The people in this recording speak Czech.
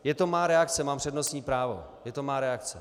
Je to má reakce, mám přednostní právo, je to má reakce.